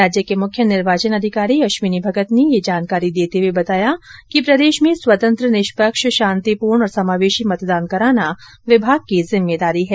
राज्य के मुख्य निर्वाचन अधिकारी अश्विनी भगत ने ये जानकारी देते हुए बताया कि प्रदेश में स्वतंत्र निष्पक्ष शांतिपूर्ण और समावेशी मतदान कराना विभाग की ॅजिम्मेदारी है